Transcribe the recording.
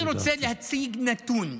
אני רוצה להציג נתון.